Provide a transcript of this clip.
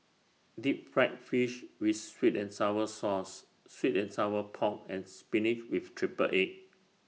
Deep Fried Fish with Sweet and Sour Sauce Sweet and Sour Pork and Spinach with Triple Egg